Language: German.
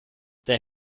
der